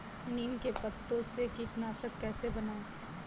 नीम के पत्तों से कीटनाशक कैसे बनाएँ?